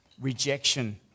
rejection